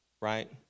right